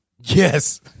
Yes